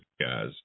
guys